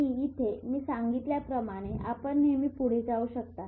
आणि इथे मी सांगितल्याप्रमाणे आपण नेहमी पुढे जाऊ शकता